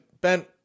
Ben